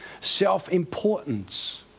self-importance